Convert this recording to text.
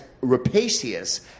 rapacious